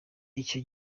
icyo